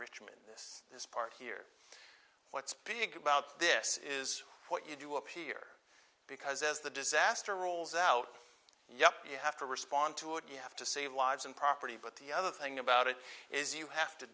richmond this part here what's big about this is what you do up here because as the disaster rolls out yup you have to respond to it you have to save lives and property but the other thing about it is you have to